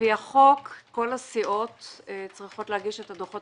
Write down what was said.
על-פי החוק כל הסיעות צריכות להגיש את הדוחות